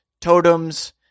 totems